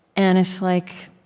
and it's like